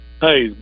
Hey